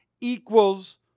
equals